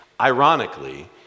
Ironically